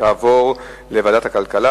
תעבור לוועדת הכלכלה.